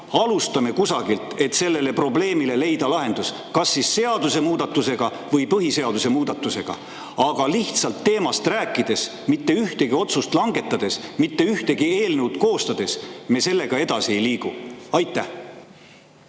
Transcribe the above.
alustame kusagilt, et leida sellele probleemile lahendus kas seadusemuudatusega või põhiseaduse muudatusega. Lihtsalt teemast rääkides, mitte ühtegi otsust langetades, mitte ühtegi eelnõu koostades me sellega edasi ei liigu. Aitäh,